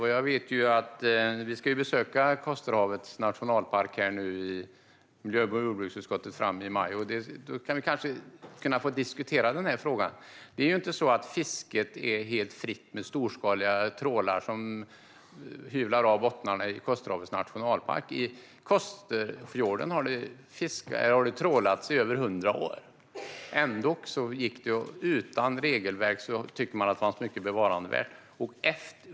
Miljö och jordbruksutskottet ska besöka Kosterhavets nationalpark i maj. Då får vi kanske diskutera denna fråga. Det är inte så att fisket är helt fritt med storskaliga trålar som hyvlar av bottnarna i Kosterhavets nationalpark. I Kosterfjorden har det trålats i över 100 år. Ändå har man utan regelverk haft mycket bevarandevärt.